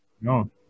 No